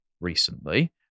recently